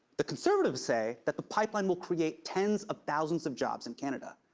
the conservatives say that the pipeline will create tens of thousands of jobs in canada.